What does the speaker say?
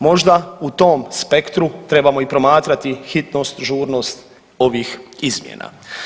Možda u tom spektru trebamo promatrati hitnosti, žurnost ovih izmjena.